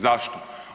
Zašto?